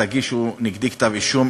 תגישו נגדי כתב-אישום,